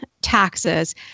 taxes